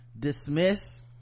dismiss